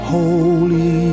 holy